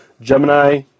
Gemini